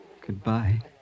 Goodbye